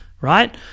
right